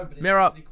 Mirror